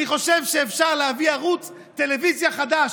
אני חושב שאפשר להביא ערוץ טלוויזיה חדש,